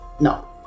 No